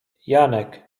janek